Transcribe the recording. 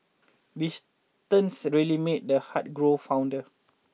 distance really made the heart grow fonder